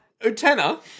Utena